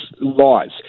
laws